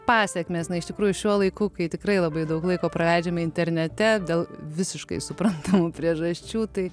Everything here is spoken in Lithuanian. pasekmėsna iš tikrųjų šiuo laiku kai tikrai labai daug laiko praleidžiame internete dėl visiškai suprantamų priežasčių tai